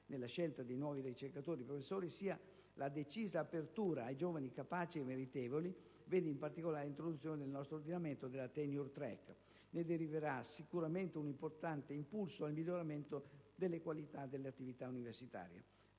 nella scelta dei nuovi ricercatori e professori, sia la decisa apertura ai giovani capaci e meritevoli, in particolare con l'introduzione nel nostro ordinamento della *tenure track*. Ne deriverà sicuramente un importante impulso al miglioramento della qualità delle attività universitarie.